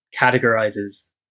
categorizes